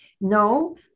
no